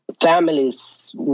families